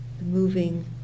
moving